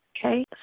Okay